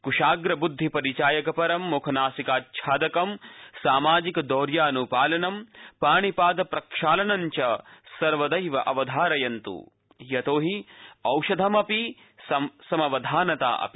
कुशाग्रबदधिपरिचायकपरं मुखनासिकाच्छादकं सामाजिकदौर्यान्पालनं पाणिपादप्रक्षालनं च सर्वदैव अवधारयन्त् औषधम् अपि समवधानता अपि